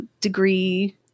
degree